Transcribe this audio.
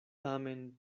tamen